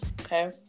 Okay